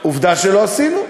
עובדה שלא עשינו.